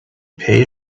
paid